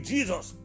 Jesus